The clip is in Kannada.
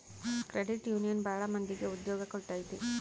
ಕ್ರೆಡಿಟ್ ಯೂನಿಯನ್ ಭಾಳ ಮಂದಿಗೆ ಉದ್ಯೋಗ ಕೊಟ್ಟೈತಿ